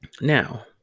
Now